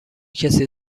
کسی